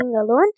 alone